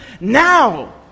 Now